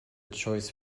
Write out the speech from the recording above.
choice